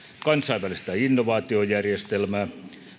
kansainvälistää innovaatiojärjestelmää